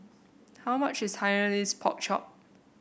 how much is Hainanese Pork Chop